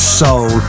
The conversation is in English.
soul